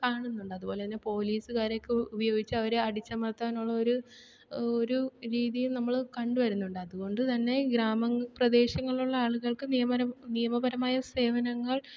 കാണുന്നുണ്ട് അതുപോലെത്തന്നെ പോലീസ്കാരെയൊക്കെ ഉപയോഗിച്ച് അവരെ അടിച്ചമർത്താനുള്ള ഒരു ഒരു രീതിയും നമ്മൾ കണ്ട് വരുന്നുണ്ട് അതുകൊണ്ട് തന്നെ ഗ്രാമ പ്രദേശങ്ങളിലുള്ള ആളുകൾക്ക് നിയമപരമായ സേവനങ്ങൾ